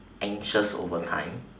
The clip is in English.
anxious over time